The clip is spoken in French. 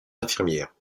infirmières